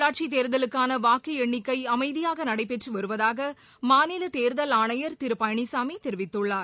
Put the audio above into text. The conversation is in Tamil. உள்ளாட்சி தேர்தலுக்காள வாக்கு எண்ணிக்கை அமைதியாக நடைபெற்று வருவதாக மாநில தேர்தல் ஆணையர் திரு பழனிசாமி தெரிவித்துள்ளார்